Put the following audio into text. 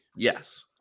Yes